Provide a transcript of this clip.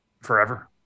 forever